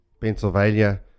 Pennsylvania